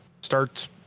starts